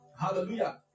hallelujah